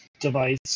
device